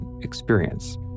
experience